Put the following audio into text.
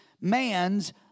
man's